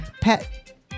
pet